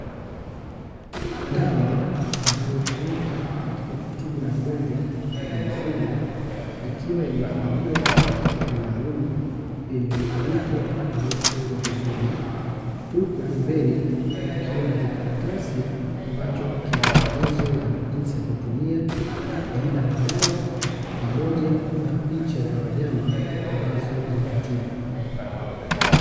Dawa ambayo hutumika katika kutibu magonjwa kwa mifugo, ikiwa imehifadhiwa kwenye chupa maalumu yenye mfuniko uliofungwa vizuri. Huku pembeni kukiwa na kikaratasi, ambacho kina maelezo ya jinsi ya kutumia, jina la dawa pamoja na picha za wanyama ambazo inawatibu.